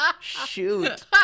Shoot